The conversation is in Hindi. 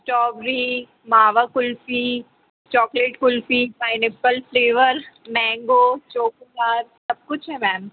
स्ट्रॉबेरी मावा कुल्फी चॉकलेट कुल्फी पाइनएप्पल फ्लेवर मैन्गो चोकोबार सबकुछ है मैम